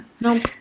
Nope